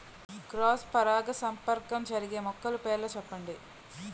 Cross పరాగసంపర్కం జరిగే మొక్కల పేర్లు చెప్పండి?